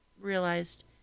realized